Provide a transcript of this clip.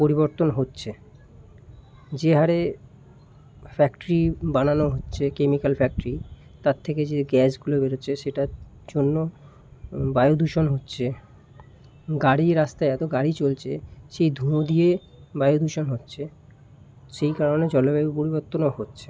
পরিবর্তন হচ্ছে যে হারে ফ্যাক্টরি বানানো হচ্ছে কেমিক্যাল ফ্যাক্টরি তার থেকে যে গ্যাসগুলো বেরোচ্ছে সেটার জন্য বায়ু দূষণ হচ্ছে গাড়ি রাস্তায় এত গাড়ি চলছে সেই ধোঁয়া দিয়ে বায়ু দূষণ হচ্ছে সেই কারণে জলবায়ু পরিবর্তনও হচ্ছে